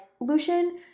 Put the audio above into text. Lucian